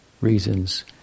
reasons